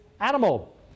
animal